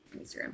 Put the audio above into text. Instagram